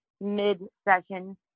mid-session